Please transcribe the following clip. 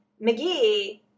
McGee